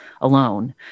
alone